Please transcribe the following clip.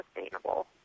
sustainable